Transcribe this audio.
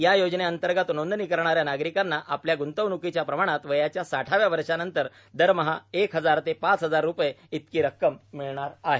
या योजनेंतर्गत नोंदणी करणाऱ्या नागरिकांना आपल्या ग्ंतवण्कीच्या प्रमाणात वयाच्या साठाव्या वर्षानंतर दरमहा एक हजार ते पाच हजार रूपये इतकी रक्कम मिळणार आहे